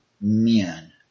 men